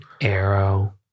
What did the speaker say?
Arrow